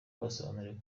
basobanuriwe